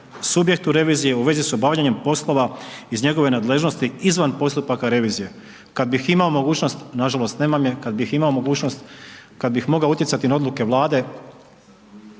subjektu revizije u vezi s obavljanjem poslova iz njegove nadležnosti izvan postupaka revizije. Kad bih imao mogućnost, nažalost nemam je, kad bih imao mogućnost, kad bih mogao utjecati na odluke Vlade